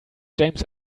james